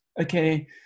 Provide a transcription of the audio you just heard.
okay